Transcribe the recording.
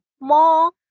More